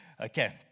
Okay